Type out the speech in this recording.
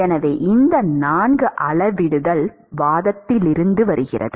எனவே இந்த 4 அளவிடுதல் வாதத்திலிருந்து வருகிறது